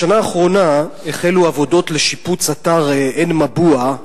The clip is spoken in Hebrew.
בשנה האחרונה החלו עבודות לשיפוץ אתר עין-מבוע,